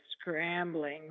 scrambling